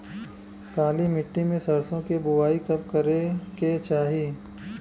काली मिट्टी में सरसों के बुआई कब करे के चाही?